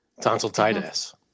Tonsillitis